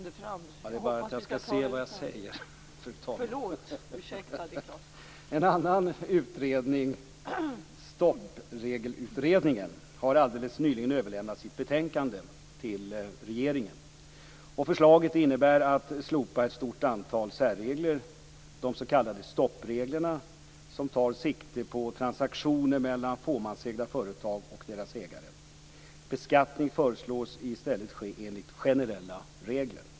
1997:09), har alldeles nyligen överlämnat sitt betänkande till regeringen. Förslaget innebär att man slopar ett stort antal särregler, de s.k. stoppreglerna, som tar sikte på transaktioner mellan fåmansägda företag och deras ägare. Beskattning föreslås i stället ske enligt generella regler.